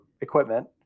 equipment